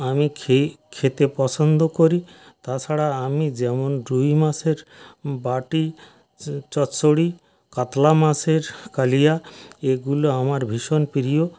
আমি খেয়ে খেতে পছন্দ করি তাছাড়া আমি যেমন রুই মাছের বাটি চচ্চড়ি কাতলা মাছের কালিয়া এগুলো আমার ভীষণ প্রিয়